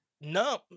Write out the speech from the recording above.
No